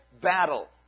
battle